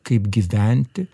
kaip gyventi